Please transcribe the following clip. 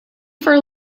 for